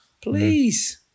Please